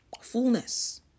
fullness